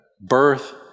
birth